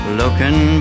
looking